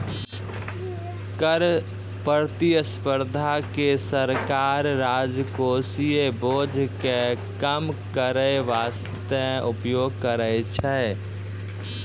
कर प्रतिस्पर्धा के सरकार राजकोषीय बोझ के कम करै बासते उपयोग करै छै